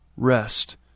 Rest